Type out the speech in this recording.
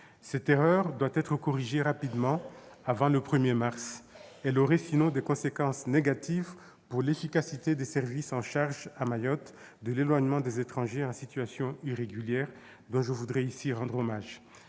Cette erreur doit être corrigée rapidement, avant le 1 mars, faute de quoi il y aura des conséquences néfastes pour l'efficacité des services en charge, à Mayotte, de l'éloignement des étrangers en situation irrégulière, auxquels je veux ici rendre hommage.